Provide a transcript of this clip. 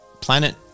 planet